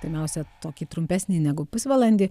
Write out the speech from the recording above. pirmiausia tokį trumpesnį negu pusvalandį